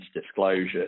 disclosures